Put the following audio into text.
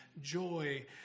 Joy